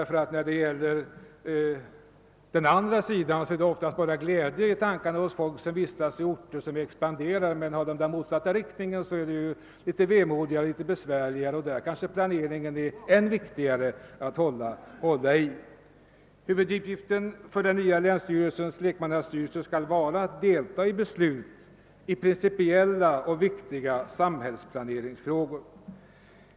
Folk som vistas i orter som expanderar känner ofta bara glädje över utvecklingen, men när den går i motsatta riktningen är det litet vemodigare och besvärligare, och då är det ännu viktigare att sköta planeringen. Huvuduppgiften för den nya länsstyrelsens lekmannastyrelse skall vara att delta i beslut i principiella och viktiga samhällsplaneringsfrågor.